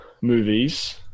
movies